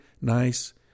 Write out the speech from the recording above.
nice